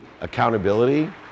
accountability